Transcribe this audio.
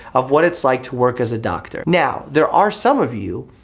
of what it's like to work as a doctor. now there are some of you,